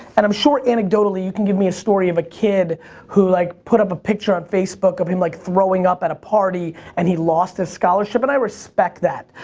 and i'm sure ancedotally, you can give me a story of a kid who like put up a picture on facebook of him like throwing up at a party and he lost his scholarship, and i respect that.